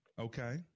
Okay